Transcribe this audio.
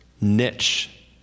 niche